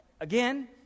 again